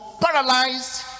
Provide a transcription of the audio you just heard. paralyzed